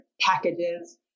packages